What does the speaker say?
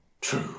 True